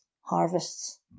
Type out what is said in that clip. harvests